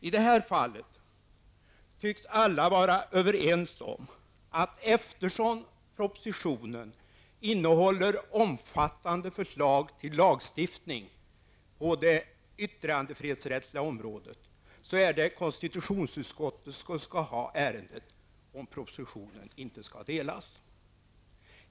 I det här fallet tycks alla vara överens om, att eftersom propositionen innehåller omfattande förslag till lagstiftning på det yttrandefrihetsrättsliga området, är det konstitutionsutskottet som skall ha ärendet, om propositionen inte skall delas.